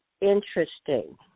interesting